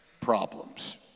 problems